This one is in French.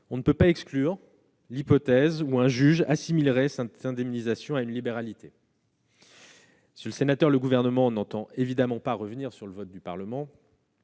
on ne peut pas exclure l'hypothèse qu'un juge assimilerait cette indemnisation à une libéralité. Monsieur le sénateur, le Gouvernement n'entend évidemment pas revenir sur le vote du Parlement,